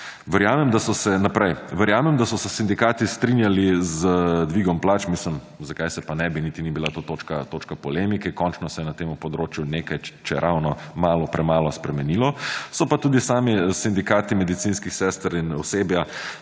verjamem, da so se sindikati strinjali z dvigom plač, mislim zakaj se pa ne bi, niti ni bila to točka polemike, končno se je na temu področju nekaj če ravno malo premalo spremenilo, so pa tudi sami sindikati medicinskih sester in osebja